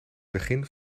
begin